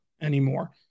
anymore